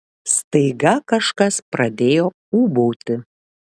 staiga kažkas pradėjo ūbauti